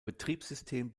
betriebssystem